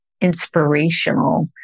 inspirational